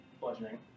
bludgeoning